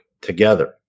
together